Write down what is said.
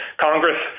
Congress